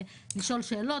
לשאול שאלות,